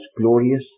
glorious